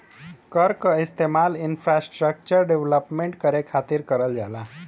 कर क इस्तेमाल इंफ्रास्ट्रक्चर डेवलपमेंट करे खातिर करल जाला